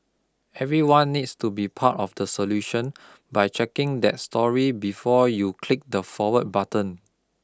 everyone needs to be part of the solution by checking that story before you click the forward button